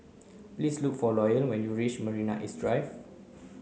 please look for Loyal when you reach Marina East Drive